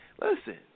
listen